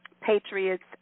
Patriots